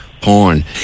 porn